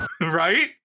Right